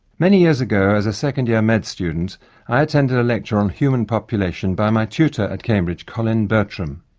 many years ago as a second year med student i attended a lecture on human population by my tutor at cambridge, colin bertram.